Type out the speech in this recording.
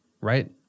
right